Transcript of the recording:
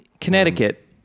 Connecticut